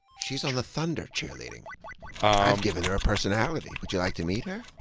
she's on the thunder, cheerleading. ah i've given her a personality. but you like to meet her?